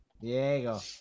Diego